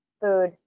food